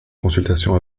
consultation